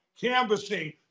canvassing